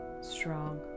strong